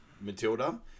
Matilda